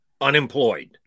unemployed